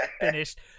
finished